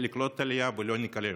נקלוט עלייה ולא נקלל אותה.